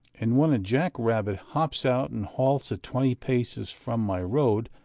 and when a jack-rabbit hops out and halts at twenty paces from my road,